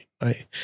Right